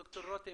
ד"ר רותם,